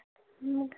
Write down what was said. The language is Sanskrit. न